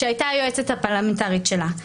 כשהיא הייתה היועצת הפרלמנטרית שלה.